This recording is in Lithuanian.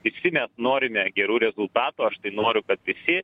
visi mes norime gerų rezultatų aš tai noriu kad visi